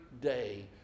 day